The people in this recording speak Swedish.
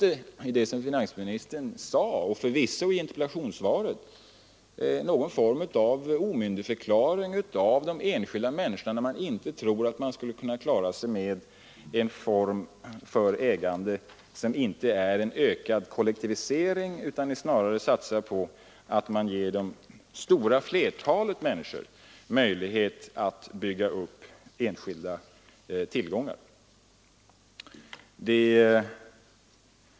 Men i det som finansministern sade fanns det ändå — och det finns förvisso i interpellationssvaret — någon form av omyndigförklaring av enskilda människor. Man tror inte att det går att tillämpa en form för ägande som inte är en ökad kollektivisering utan som snarare satsar på att ge det stora flertalet människor möjligheter att bygga upp egna tillgångar.